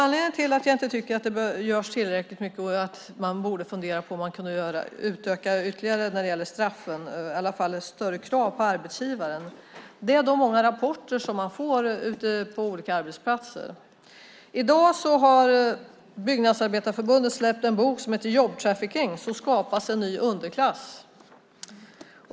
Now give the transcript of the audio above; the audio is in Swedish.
Anledningen till att jag inte tycker att det görs tillräckligt mycket och att man borde fundera på att utöka straffen ytterligare, eller i alla fall ställa större krav på arbetsgivaren, är de många rapporter man får ute på olika arbetsplatser. I dag har Byggnadsarbetarförbundet släppt en bok som heter Jobbtrafficking - Så skapas en ny underklass .